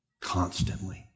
constantly